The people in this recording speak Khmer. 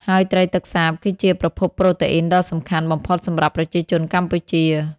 ហើយត្រីទឹកសាបគឺជាប្រភពប្រូតេអ៊ីនដ៏សំខាន់បំផុតសម្រាប់ប្រជាជនកម្ពុជា។